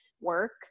work